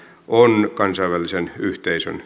on kansainvälisen yhteisön